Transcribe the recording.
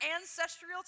ancestral